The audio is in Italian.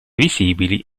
visibili